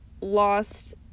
lost